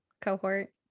cohort